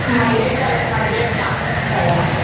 mileage ఎలా mileage బాగానే ఇస్తాయా